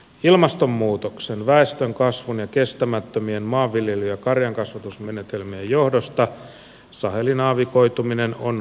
ilmastonmuutoksen väestönkasvun ja kestämättömien maanviljely ja karjankasvatusmenetelmien johdosta sahelin aavikoituminen on kasvava ongelma